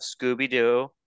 Scooby-Doo